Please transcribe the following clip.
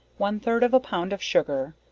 one third of a pound of sugar,